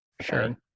sure